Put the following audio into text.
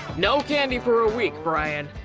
no candy for a week, brian!